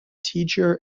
teacher